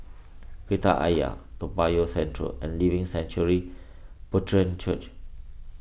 Kreta Ayer Toa Payoh Central and Living Sanctuary Brethren Church